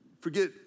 forget